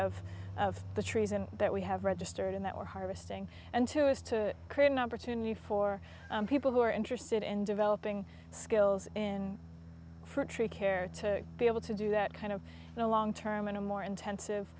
of the trees and that we have registered and that we're harvesting and to is to create an opportunity for people who are interested in developing skills for tree care to be able to do that kind of long term in a more intensive